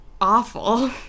awful